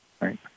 right